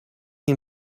این